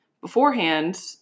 beforehand